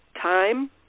time